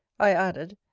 i added,